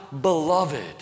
beloved